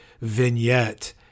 vignette